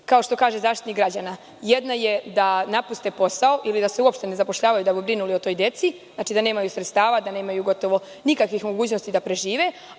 kao što kaže Zaštitnik građana. Jedna je da napuste posao ili da se uopšte ne zapošljavaju da bi brinuli o toj deci, dakle, da nemaju sredstava, da nemaju gotovo nikakvih mogućnosti da prežive,